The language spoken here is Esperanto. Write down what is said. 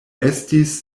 estis